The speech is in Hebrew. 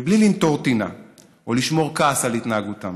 בלי לנטור טינה או לשמור כעס על התנהגותם.